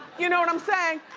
you know what i'm saying?